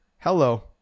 Hello